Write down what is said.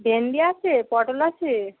ভেন্ডি আছে পটল আছে